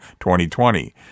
2020